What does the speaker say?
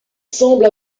semble